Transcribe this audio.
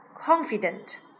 confident